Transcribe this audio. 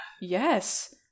yes